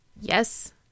Yes